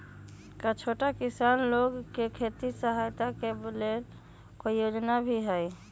का छोटा किसान लोग के खेती सहायता के लेंल कोई योजना भी हई?